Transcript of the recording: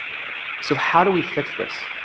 so how do we fix this?